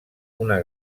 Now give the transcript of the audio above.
una